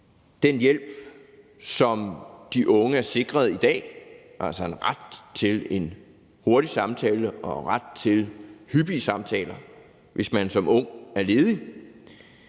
den hjælp, som de unge er sikret i dag – altså en ret til en hurtig samtale og ret til hyppige samtaler, hvis man som ung er ledig